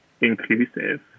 inclusive